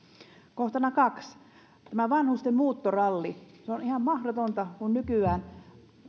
kohtana kaksi on vanhusten muuttoralli se on on ihan mahdotonta kun